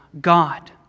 God